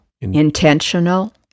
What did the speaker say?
intentional